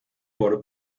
por